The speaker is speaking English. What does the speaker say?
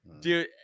dude